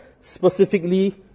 specifically